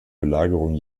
belagerung